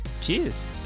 cheers